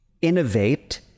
innovate